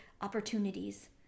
opportunities